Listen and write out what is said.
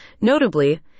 Notably